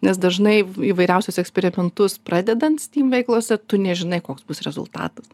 nes dažnai įvairiausius eksperimentus pradedant steam veiklose tu nežinai koks bus rezultatas